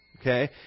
okay